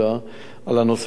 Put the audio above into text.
על הנושא של התוכניות,